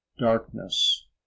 darkness